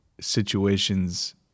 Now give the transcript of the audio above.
situations